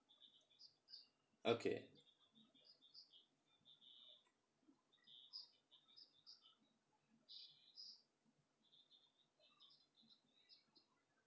okay